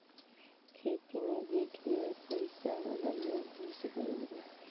खेती मे भी ढेर पइसा वाला लोग घुस गईल बा